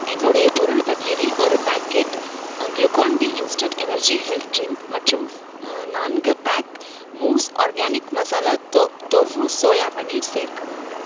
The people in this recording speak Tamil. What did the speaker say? என்னுடைய பொருள் பட்டியலில் ஒரு packet Glucon D instant energy health drink மற்றும் நான்கு பேக் மூஸ் organic masala tofu soya paneer சேர்க்கவும்